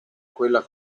quella